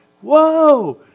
whoa